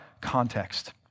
context